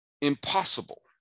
impossible